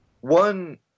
one